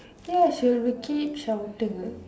yes she will keep shouting